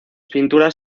pinturas